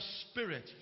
spirit